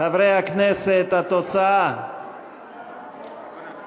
הצעת ועדת הכנסת להעביר את הצעת חוק לקידום השקעות בחברות